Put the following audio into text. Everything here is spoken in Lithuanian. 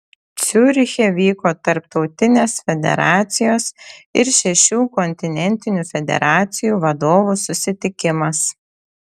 ciuriche vyko tarptautinės federacijos ir šešių kontinentinių federacijų vadovų susitikimas